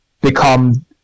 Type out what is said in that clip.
become